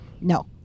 no